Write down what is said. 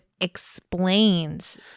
explains